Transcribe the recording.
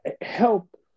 help